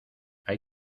hay